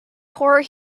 poor